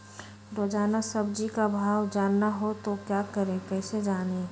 रोजाना सब्जी का भाव जानना हो तो क्या करें कैसे जाने?